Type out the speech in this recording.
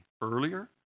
earlier